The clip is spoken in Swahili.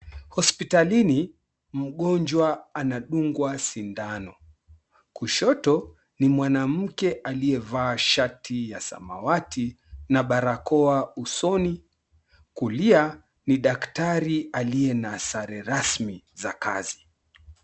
Hospitalini, mgonjwa anadungwa sindano. Kushoto ni mwanamke aliyevaa shati ya samawati na barakoa usoni. Kulia ni daktari aliye na sare rasmi za kazi.